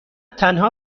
تنها